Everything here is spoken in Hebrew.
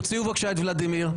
תוציאו בבקשה את ולדימיר.